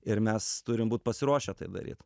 ir mes turim būt pasiruošę tai daryt